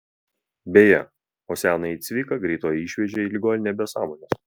beje o senąjį cviką greitoji išvežė į ligoninę be sąmonės